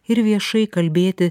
ir viešai kalbėti